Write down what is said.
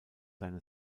seine